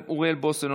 אוריאל בוסו,